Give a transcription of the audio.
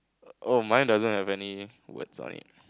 oh mine doesn't have any what's on it